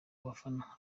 abafana